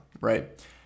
right